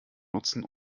nutzen